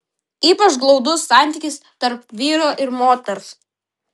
ypač glaudus santykis tarp vyro ir moters